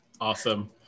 Awesome